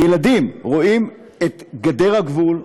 הילדים רואים את גדר הגבול,